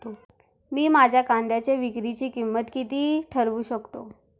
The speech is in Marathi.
मी माझ्या कांद्यांच्या विक्रीची किंमत किती ठरवू शकतो?